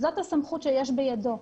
זאת הסמכות שיש בידו.